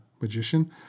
magician